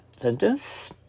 sentence